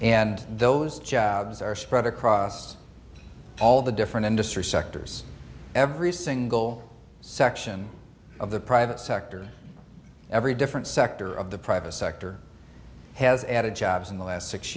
and those jobs are spread across all the different industry sectors every single section of the private sector every different sector of the private sector has added jobs in the last six